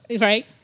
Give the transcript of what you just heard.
Right